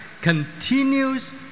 continues